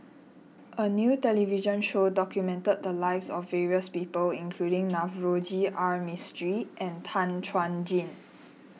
a new television show documented the lives of various people including Navroji R Mistri and Tan Chuan Jin